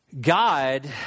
God